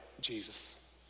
Jesus